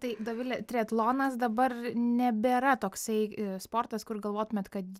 tai dovile triatlonas dabar nebėra toksai sportas kur galvotumėt kad